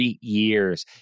years